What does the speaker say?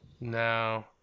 No